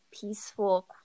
peaceful